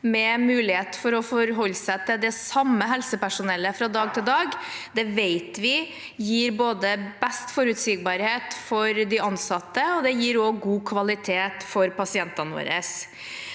med mulighet til å forholde seg til det samme helsepersonellet fra dag til dag, vet vi gir best forutsigbarhet for de ansatte, og det gir også god kvalitet for pasientene våre.